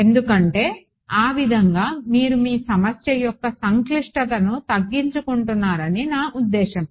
ఎందుకంటే ఆ విధంగా మీరు మీ సమస్య యొక్క సంక్లిష్టతను తగ్గించుకుంటారని నా ఉద్దేశ్యం